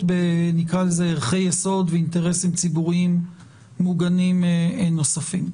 בערכי יסוד ואינטרסים ציבוריים מוגנים נוספים.